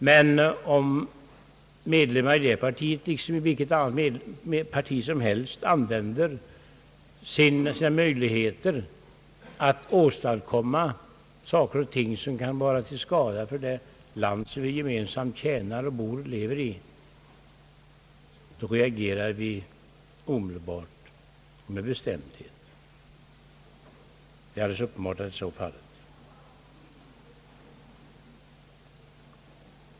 Men om medlemmar av det partiet — eller av vilket parti som helst — använder sina möjligheter till att skada det land som vi gemensamt tjänar och lever och bor i, då reagerar vi omedelbart och med bestämdhet.